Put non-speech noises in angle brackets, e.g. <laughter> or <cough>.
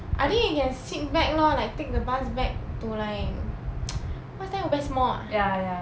I mean you can sit back lor like take the bus back to like <noise> what's there west mall ah